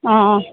অ'